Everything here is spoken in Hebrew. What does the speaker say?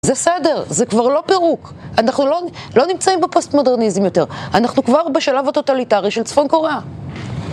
זה סדר, זה כבר לא פירוק. אנחנו לא נמצאים בפוסט-מודרניזם יותר, אנחנו כבר בשלב הטוטליטרי של צפון קוריאה.